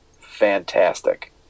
fantastic